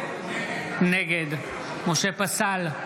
נגד משה פסל,